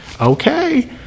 okay